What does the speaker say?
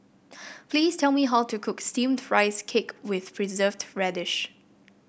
please tell me how to cook steamed Rice Cake with Preserved Radish